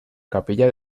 capilla